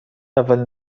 اولین